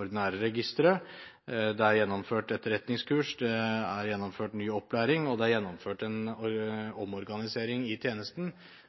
ordinære registeret. Det er gjennomført etterretningskurs. Det er gjennomført ny opplæring, og det er gjennomført en omorganisering i tjenesten,